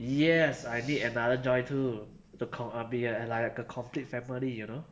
yes I need another joy too to com~ b~ be like a complete family you know